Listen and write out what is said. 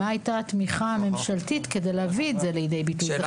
מה הייתה התמיכה הממשלתית כדי להביא את זה לידי ביטוי?